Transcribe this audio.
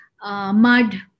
mud